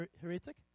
heretic